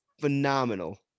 phenomenal